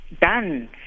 done